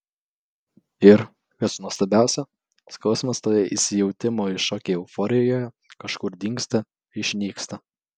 ir kas nuostabiausia skausmas toje įsijautimo į šokį euforijoje kažkur dingsta išnyksta